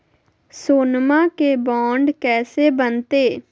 सोनमा के बॉन्ड कैसे बनते?